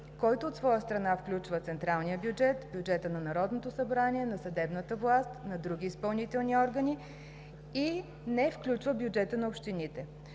който от своя страна включва централния бюджет, бюджета на Народното събрание, на съдебната власт, на други изпълнителни органи и не включва бюджета на общините.